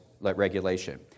regulation